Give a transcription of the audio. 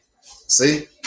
See